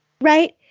Right